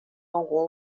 algum